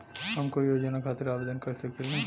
हम कोई योजना खातिर आवेदन कर सकीला?